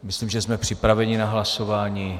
Myslím, že jsme připraveni na hlasování.